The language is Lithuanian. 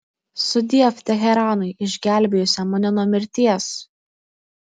sudiev teheranui išgelbėjusiam mane nuo mirties